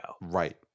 Right